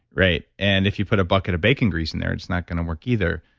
right. and if you put a bucket of bacon grease in there, it's not going to work either.